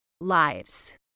lives